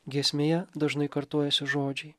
giesmėje dažnai kartojasi žodžiai